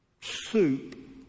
soup